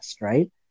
right